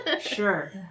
sure